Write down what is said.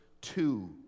two